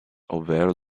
ovvero